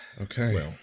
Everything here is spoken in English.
Okay